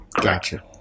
gotcha